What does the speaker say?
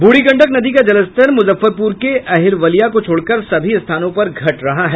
बूढ़ी गंडक नदी का जलस्तर मुजफ्फरपुर के अहिरवलिया को छोड़कर सभी स्थानों पर घट रहा है